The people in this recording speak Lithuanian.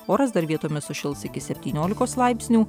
oras dar vietomis sušils iki septyniolikos laipsnių